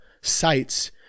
sites